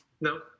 No